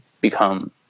become